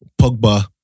Pogba